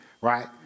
Right